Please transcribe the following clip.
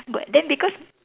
but then because